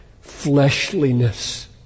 fleshliness